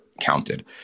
counted